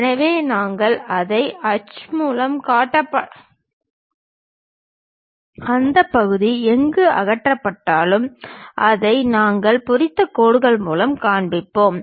எனவே நாங்கள் அதை எந்த ஹட்ச் மூலமும் காட்டவில்லை அந்த பகுதி எங்கு அகற்றப்பட்டாலும் அதை நாங்கள் பொறித்த கோடுகள் மூலம் காண்பிப்போம்